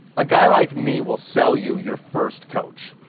a guy like me will sell you your first coach